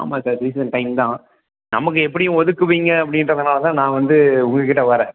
ஆமாம் sir season time தான் நமக்கு எப்படியும் ஓதுக்குவீங்க அப்படிங்கறதுனால தான் நான் வந்து உங்கள் கிட்டே வரேன்